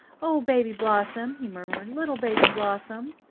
oh, baby blossom! he murmured, little baby blossom!